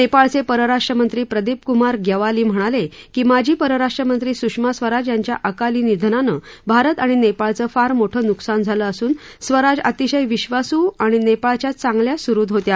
नेपाळचे परराष्ट्रमंत्री प्रदीपक्रमार ग्यवाली म्हणाले की माजी परराष्ट्रमंत्री सुषमा स्वराज यांच्या अकाली निधनांनं भारत आणि नेपाळचं फार मोठं नुकसान झालं असून स्वराज अतिशय विश्वासू आणि नेपाळचे चांगल्या सुहृद होत्या